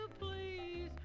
please